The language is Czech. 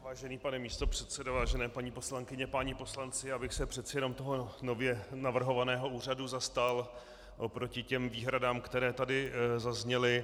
Vážený pane místopředsedo, vážené paní poslankyně, páni poslanci, já bych se přece jenom toho nově navrhovaného úřadu zastal oproti těm výhradám, které tady zazněly.